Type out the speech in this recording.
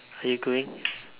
are you going